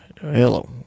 hello